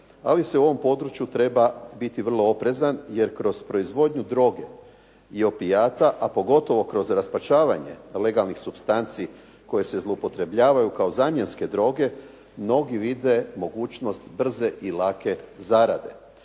ali se u ovom području treba biti vrlo oprezan. Jer kroz proizvodnju droge i opijata, a pogotovo kroz rasparčavanje legalnih supstanci koje se zloupotrebljavaju kao zamjenske droge mnogi vide mogućnost brze i lake zarade.